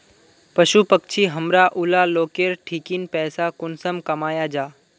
पशु पक्षी हमरा ऊला लोकेर ठिकिन पैसा कुंसम कमाया जा?